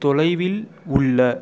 தொலைவில் உள்ள